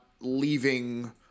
leaving